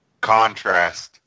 contrast